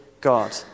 God